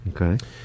Okay